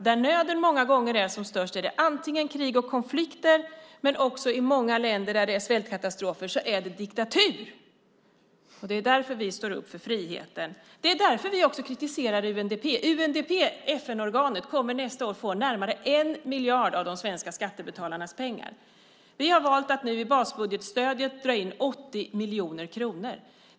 Där nöden många gånger är som störst är det antingen krig och konflikter eller, som i många länder där det är svältkatastrofer, diktatur. Det är därför vi står upp för friheten. Det är därför vi också kritiserar UNDP. FN-organet UNDP kommer nästa år att få närmare 1 miljard av de svenska skattebetalarnas pengar. Vi har valt att i basbudgetstödet dra in 80 miljoner kronor.